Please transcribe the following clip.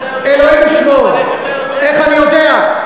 אבל איך אתה יודע?